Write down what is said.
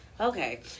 Okay